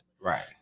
Right